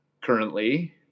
currently